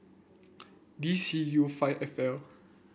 D C U five F L